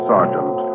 Sergeant